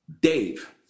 Dave